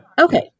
Okay